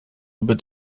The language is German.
über